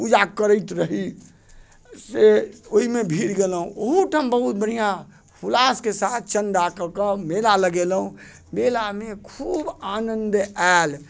पूजा करैत रही ओहिमे भिर गेलहुॅं ओहू ठाम बहुत बढ़िऑं हुल्लासके साथ चन्दा कऽ कऽ मेला लगेलहुॅं मेलामे खूब आनन्द आयल